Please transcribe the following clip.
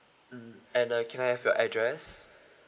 mm and uh can I have your address